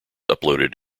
uploaded